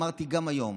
אמרתי גם היום